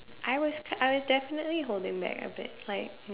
I was I will definitely hold in back a bit like